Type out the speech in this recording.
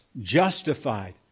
justified